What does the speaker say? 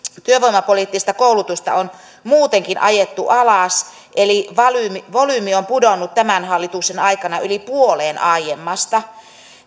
työvoimapoliittista koulutusta on muutenkin ajettu alas eli volyymi on pudonnut tämän hallituksen aikana yli puoleen aiemmasta